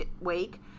week